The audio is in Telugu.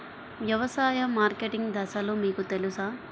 వ్యవసాయ మార్కెటింగ్ దశలు మీకు తెలుసా?